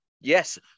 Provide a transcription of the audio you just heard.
yes